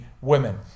women